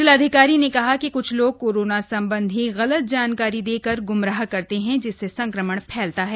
जिलाधिकारी ने कहा कि क्छ लोग कोराना सम्बन्धी गलत जानकारी देकर ग्मराह करते हैं जिससे संक्रमण फैलता है